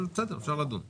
אבל בסדר אפשר לדון בזה.